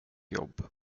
jobb